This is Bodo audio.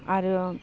आरो